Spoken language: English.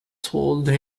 told